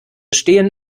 stehen